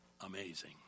Amazing